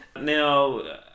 Now